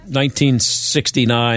1969